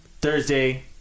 Thursday